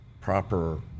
proper